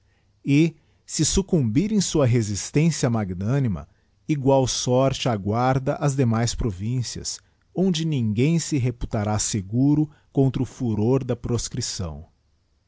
e se succumbir em sua resistência magnânima igual sorte aguarda as demais províncias onde ninguém se reputará seguro contra o furor da proscripção